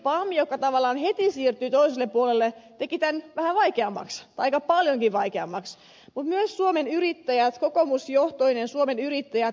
etenkin pam joka tavallaan heti siirtyi toiselle puolelle teki tämän vähän vaikeammaksi tai aika paljonkin vaikeammaksi mutta myös suomen yrittäjät kokoomusjohtoinen suomen yrittäjät